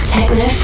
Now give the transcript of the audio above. Techno